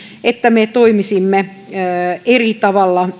että me toimisimme veropolitiikassa eri tavalla